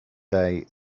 day